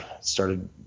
started